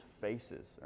faces